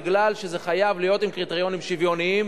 בגלל שזה חייב להיות עם קריטריונים שוויוניים.